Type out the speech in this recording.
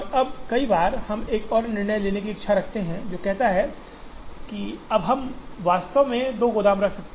अब कई बार हम एक और निर्णय लेने की इच्छा रखते हैं जो कहता है अब हम वास्तव में दो गोदाम रख सकते हैं